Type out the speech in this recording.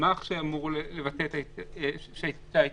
מסמך שאמור לבטא שהייתה התייעצות.